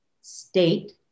state